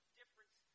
difference